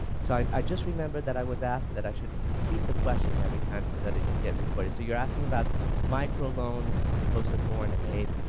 so i just remembered that i was asked that i should repeat the question every time so that it can get recorded. so you're asking about micro loans as opposed to foreign aid.